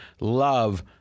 love